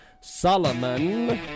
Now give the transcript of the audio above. Solomon